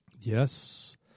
yes